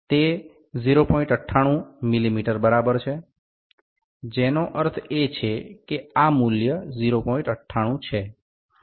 98 મીમી બરાબર છે જેનો અર્થ છે કે આ મૂલ્ય 0